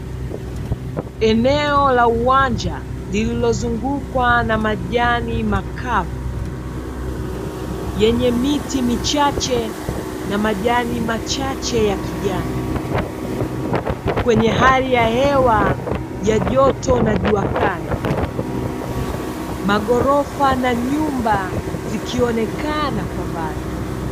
Eneo la uwanja lililozungukwa na majani makavu, yenye miti michache na majani machache ya kijani, kwenye hali ya hewa ya joto na jua kali ,maghorofa na nyumba zikionekana kwa mbali.